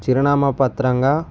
చిరునామా పత్రంగా